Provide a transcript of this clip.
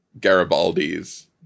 Garibaldi's